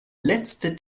letzte